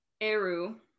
Eru